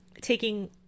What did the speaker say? taking